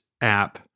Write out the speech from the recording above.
app